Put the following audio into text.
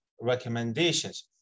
recommendations